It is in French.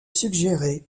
suggéré